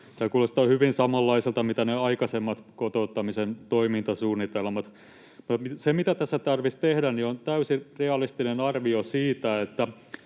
Tämä kuulostaa hyvin samanlaiselta kuin ne aikaisemmat kotouttamisen toimintasuunnitelmat. Se, mitä tässä tarvitsisi tehdä, on täysin realistinen arvio siitä,